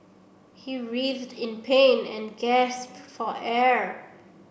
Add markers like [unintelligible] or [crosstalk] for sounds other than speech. he [unintelligible] in pain and gasped for air